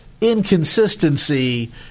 inconsistency